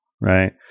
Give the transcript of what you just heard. right